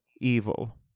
evil